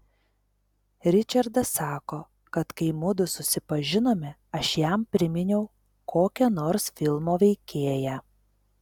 ričardas sako kad kai mudu susipažinome aš jam priminiau kokią nors filmo veikėją